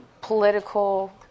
political